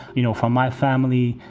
you know, from my family,